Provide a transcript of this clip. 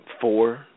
four